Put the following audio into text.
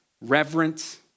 reverence